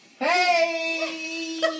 Hey